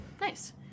nice